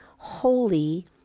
Holy